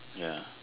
ya